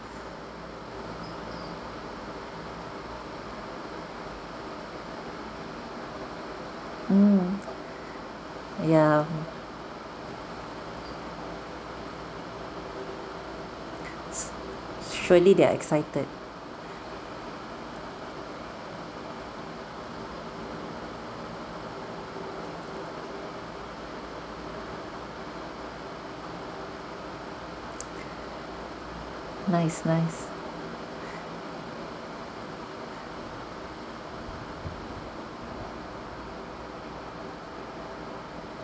mm yeah surely they are excited nice nice